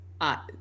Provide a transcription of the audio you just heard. -I